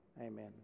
amen